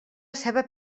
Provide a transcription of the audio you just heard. ceba